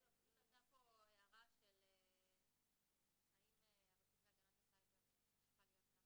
עלתה כאן הערה האם הרשות להגנת הסייבר צריכה להיות גם